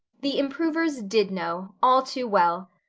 the improvers did know, all too well.